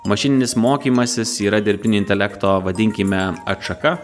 mašininis mokymasis yra dirbtinio intelekto vadinkime atšaka